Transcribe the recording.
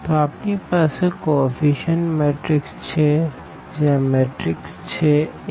તો આપણી પાસે કો એફ્ફીશીયનટ મેટ્રીક્સ છે જે આ મેટ્રીક્સ છે A